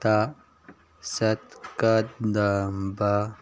ꯇ ꯆꯠꯀꯗꯕ